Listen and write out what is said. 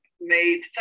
made